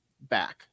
back